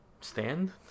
Stand